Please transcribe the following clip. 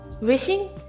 Wishing